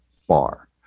far